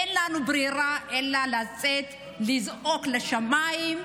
אין ברירה אלא לצאת לזעוק לשמיים,